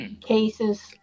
cases